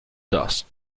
dusk